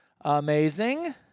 Amazing